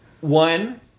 one